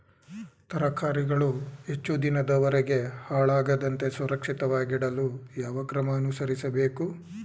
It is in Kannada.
ತರಕಾರಿಗಳು ಹೆಚ್ಚು ದಿನದವರೆಗೆ ಹಾಳಾಗದಂತೆ ಸುರಕ್ಷಿತವಾಗಿಡಲು ಯಾವ ಕ್ರಮ ಅನುಸರಿಸಬೇಕು?